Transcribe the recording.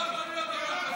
לא יכול להיות דבר כזה.